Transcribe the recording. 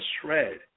shred